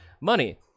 money